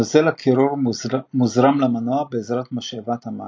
נוזל הקירור מוזרם למנוע בעזרת משאבת המים.